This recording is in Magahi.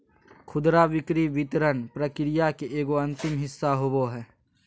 खुदरा बिक्री वितरण प्रक्रिया के एगो अंतिम हिस्सा होबो हइ